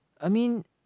I mean